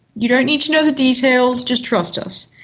you don't need to know the details, just trust us.